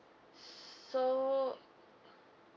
so